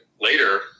later